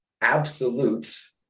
absolute